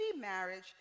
marriage